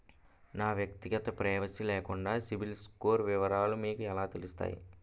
నా వ్యక్తిగత ప్రైవసీ లేకుండా సిబిల్ స్కోర్ వివరాలు మీకు ఎలా తెలుస్తాయి?